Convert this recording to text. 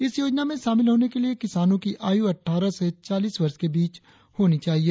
इस योजना में शामिल होने के लिए किसानों की आयु अटठारह से चालीस वर्ष के बीच होनी चाहिए